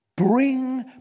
Bring